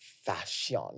fashion